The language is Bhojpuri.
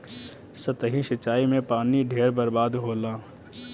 सतही सिंचाई में पानी ढेर बर्बाद होला